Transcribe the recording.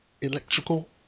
electrical